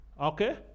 Okay